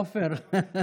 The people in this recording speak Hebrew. עופר.